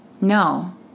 No